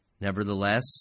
Nevertheless